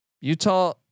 Utah